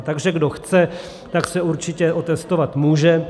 Takže kdo chce, tak se určitě otestovat může.